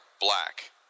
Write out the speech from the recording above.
black